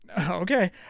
Okay